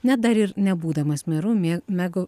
ne dar ir nebūdamas meru mė megau